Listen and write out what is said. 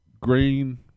green